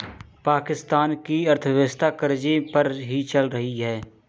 पाकिस्तान की अर्थव्यवस्था कर्ज़े पर ही चल रही है